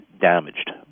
damaged